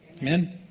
Amen